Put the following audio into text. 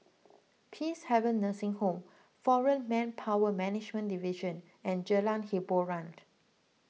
Peacehaven Nursing Home foreign Manpower Management Division and Jalan Hiboran